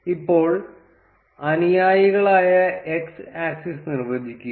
ഇപ്പോൾ അനുയായികളായ x axis നിർവ്വചിക്കുക